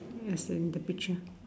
as in the picture